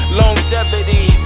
longevity